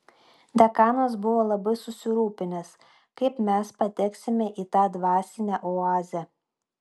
dekanas buvo labai susirūpinęs kaip mes pateksime į tą dvasinę oazę